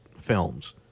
films